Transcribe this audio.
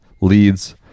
leads